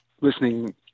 listening